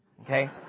Okay